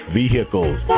vehicles